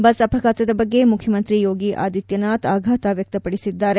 bus ಅಪಘಾತದ ಬಗ್ಗೆ ಮುಖ್ಯಮಂತ್ರಿ ಯೋಗಿ ಆದಿತ್ಯ ನಾಥ್ ಅಘಾತ ವ್ಯಕ್ತಪದಿಸಿದ್ದಾರೆ